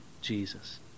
Jesus